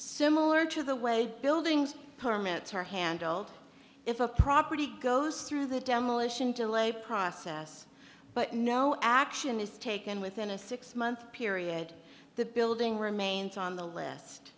similar to the way buildings permits are handled if a property goes through the demolition delay process but no action is taken within a six month period the building remains on the list